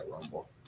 Rumble